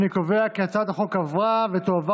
אני קובע כי הצעת החוק עברה ותועבר